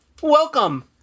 welcome